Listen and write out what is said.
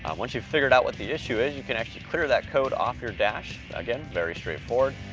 um once you've figured out what the issue is, you can actually clear that code off your dash. again, very straightforward,